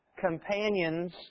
Companions